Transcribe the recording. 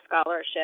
scholarship